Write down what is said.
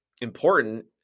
important